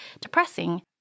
depressing